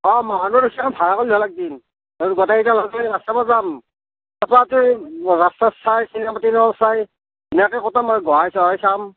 অঁ মহানুৰৰ ৰিক্সাখন ভাড়া কৰিলে হ'ল একদিন আৰু গোটেইকেইটা লগলাগি ৰাস চাবলৈ যাম ৰাস্তাত চাই চিনেমা তিনেমা চাই ইয়াতে কটাম আৰু গোসাঁই চোসাঁই চাম